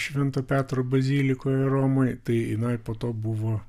švento petro bazilikoje romoj tai jinai po to buvo